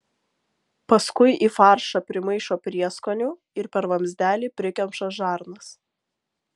paskui į faršą primaišo prieskonių ir per vamzdelį prikemša žarnas